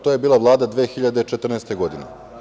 To je bila Vlada 2014. godine.